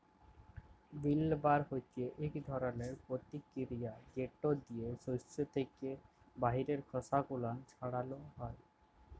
উইল্লবার হছে ইক ধরলের পরতিকিরিয়া যেট দিয়ে সস্য থ্যাকে বাহিরের খসা গুলান ছাড়ালো হয়